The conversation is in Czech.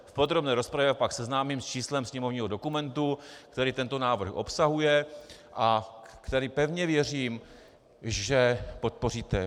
V podrobné rozpravě vás pak seznámím s číslem sněmovního dokumentu, který tento návrh obsahuje a který, pevně věřím, že podpoříte.